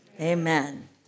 Amen